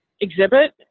exhibit